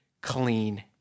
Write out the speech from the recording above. clean